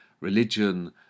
religion